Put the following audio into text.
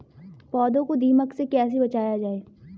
पौधों को दीमक से कैसे बचाया जाय?